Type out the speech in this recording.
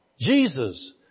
Jesus